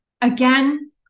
Again